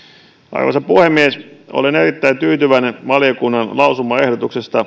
arvoisa puhemies olen erittäin tyytyväinen valiokunnan lausumaehdotukseen